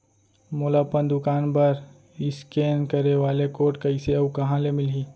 मोला अपन दुकान बर इसकेन करे वाले कोड कइसे अऊ कहाँ ले मिलही?